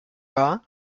wahr